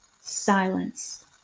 silence